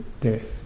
death